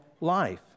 life